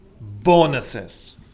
bonuses